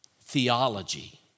theology